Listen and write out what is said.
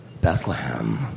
Bethlehem